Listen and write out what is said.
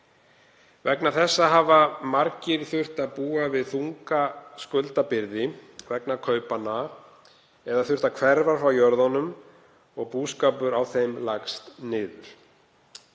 Vegna þessa hafa margir þurft að búa við þunga skuldabyrði vegna kaupanna eða þurft að hverfa frá jörðunum og búskapur á þeim lagst niður.